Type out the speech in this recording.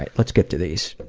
like let's get to these.